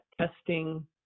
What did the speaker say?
testing